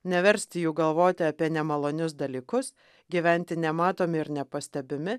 neversti jų galvoti apie nemalonius dalykus gyventi nematomi ir nepastebimi